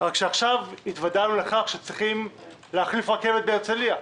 רק שעכשיו התוודענו לכך שצריכים להחליף רכבת בהרצליה,